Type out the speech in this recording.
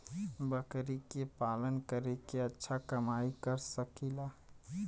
बकरी के पालन करके अच्छा कमाई कर सकीं ला?